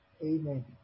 Amen